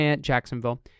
Jacksonville